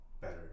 better